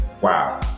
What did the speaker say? Wow